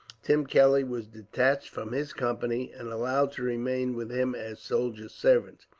tim kelly was detached from his company, and allowed to remain with him as soldier servant.